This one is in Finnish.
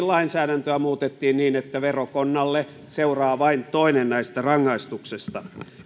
lainsäädäntöä muutettiin niin että verokonnalle seuraa vain toinen näistä rangaistuksista